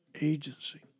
Agency